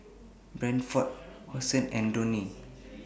Bradford Hosen and Downy